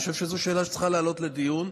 אני חושב שזו שאלה שצריכה לעלות לדיון,